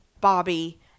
Bobby